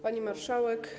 Pani Marszałek!